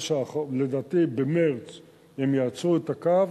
לדעתי, במרס הם יעצרו את הקו.